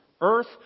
earth